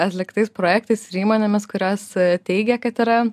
atliktais projektais ir įmonėmis kurios teigia kad yra